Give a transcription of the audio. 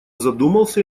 задумался